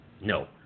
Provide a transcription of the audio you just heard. no